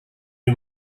you